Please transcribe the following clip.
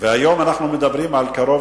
והיום אנחנו מדברים על קרוב